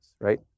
right